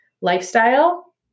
lifestyle